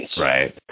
Right